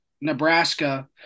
Nebraska